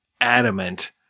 adamant